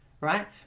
right